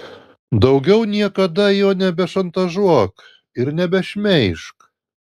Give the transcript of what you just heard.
daugiau niekada jo nebešantažuok ir nebešmeižk